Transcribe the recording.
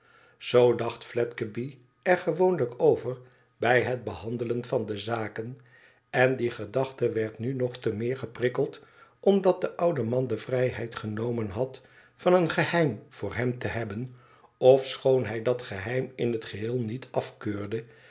zoo dacht fledgeby er gewoonlijk over bij het behandelen van de zaken en die gedachte werd nu nog te meer geprikkeld omdat de oude man de vrijheid genomen had van een geheim voor hem te hebben ofschoon hij dat geheim in het geheel niet afkeurde